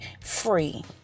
free